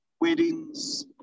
weddings